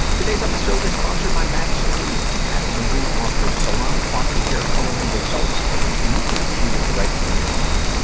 today's episode is sponsored by madison reed. madison reed offers salon-quality hair-coloring results that you can achieve right from your home.